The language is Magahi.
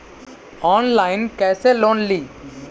ऑनलाइन कैसे लोन ली?